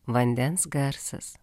vandens garsas